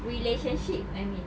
relationship I mean